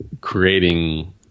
creating